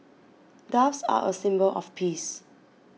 doves are a symbol of peace